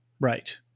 Right